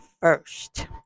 first